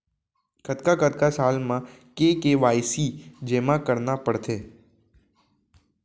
कतका कतका साल म के के.वाई.सी जेमा करना पड़थे?